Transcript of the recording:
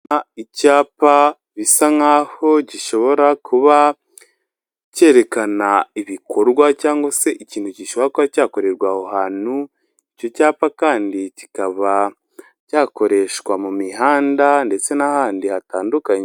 Icyapa bisa nkaho gishobora kuba cyerekana ibikorwa cyangwa se ikintu gishobora kuba cyakorerwa aho hantu icyo cyapa kandi kikaba cyakoreshwa mu mihanda ndetse n'ahandi hatandukanye.